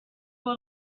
will